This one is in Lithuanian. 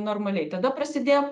normaliai tada prasidėjo